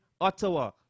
Ottawa